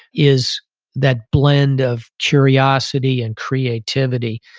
is that blend of curiosity and creativity.